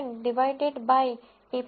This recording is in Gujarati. divided by T